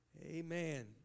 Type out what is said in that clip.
amen